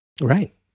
Right